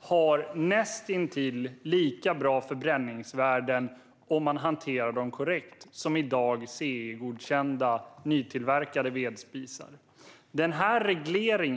har näst intill lika bra förbränningsvärden som CE-godkända, nytillverkade vedspisar, om man hanterar dem korrekt.